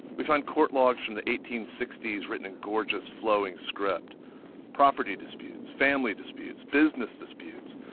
we find court logs from the eighteen sixty s written in gorgeous, flowing script property disputes, family disputes, business disputes,